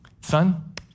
Son